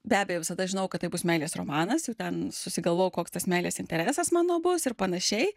be abejo visada žinojau kad tai bus meilės romanas jau ten susigalvojau koks tas meilės interesas mano bus ir panašiai